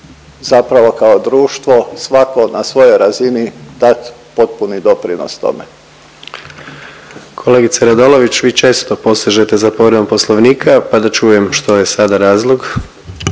zapravo kao društvo svako na svojoj razini dat potpuni doprinos tome. **Jandroković, Gordan (HDZ)** Kolegice Radolović, vi često posežete za povredom Poslovnika, pa da čujem što je sada razlog.